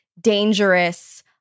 dangerous